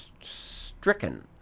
stricken